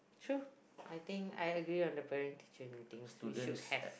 true I think I agree on the parent teacher meetings we should have